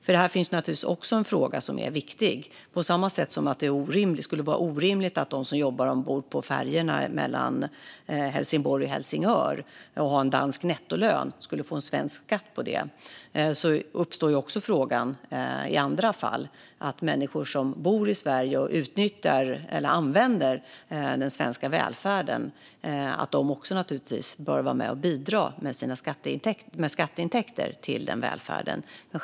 I detta finns en fråga som också är viktig. På samma sätt som att det vore orimligt att de som jobbar ombord på färjorna mellan Helsingborg och Helsingör och har en dansk nettolön skulle få en svensk skatt på det uppstår frågan även i andra fall. Människor som bor i Sverige och använder den svenska välfärden bör naturligtvis vara med och bidra med skatteintäkter till välfärden.